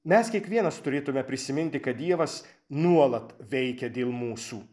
mes kiekvienas turėtume prisiminti kad dievas nuolat veikia dėl mūsų